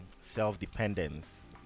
self-dependence